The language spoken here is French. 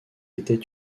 était